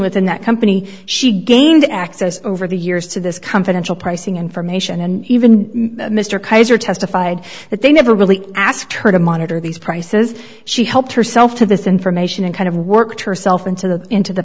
within that company she gained access over the years to this company pricing information and even mr kaiser testified that they never really asked her to monitor these prices she helped herself to this information and kind of worked herself into the into th